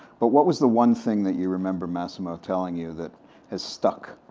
but what was the one thing that you remember massimo telling you that has stuck?